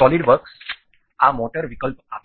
solid works આ motor વિકલ્પ આપે છે